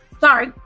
Sorry